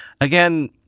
again